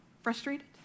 frustrated